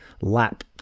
lap